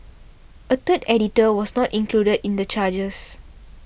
a third editor was not included in the charges